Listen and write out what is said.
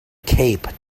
cape